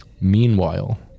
Meanwhile